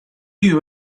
you